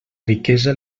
riquesa